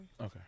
Okay